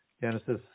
Genesis